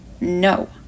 No